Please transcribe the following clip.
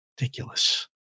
ridiculous